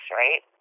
right